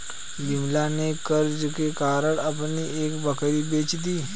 विमला ने कर्ज के कारण अपनी एक बकरी बेच दी